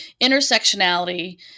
intersectionality